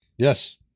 Yes